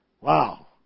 Wow